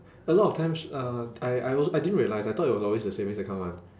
a lot of times uh I I also I didn't realise I thought it was always the savings account [one]